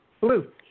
Blue